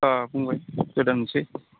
अ बुंगोन गोदानोसै